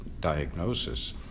diagnosis